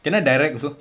can I direct also